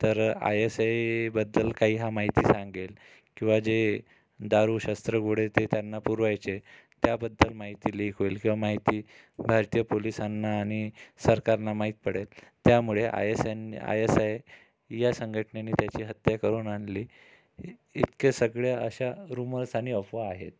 तर I S आयबद्दल काही हा माहिती सांगेल किंवा जे दारू शस्त्रगोळे ते त्यांना पुरवायचे त्याबद्दल माहिती लीक होईल किंवा माहिती भारतीय पोलीसांना आणि सरकारना माहीत पडेल त्यामुळे आय एस आय न आय एस आय या संघटनेने त्याची हत्या करून आणली इ इतक्या सगळ्या अशा रूमर्स आणि अफवा आहेत